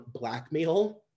blackmail